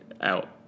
out